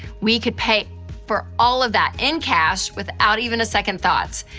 we could pay for all of that in cash without even a second thought.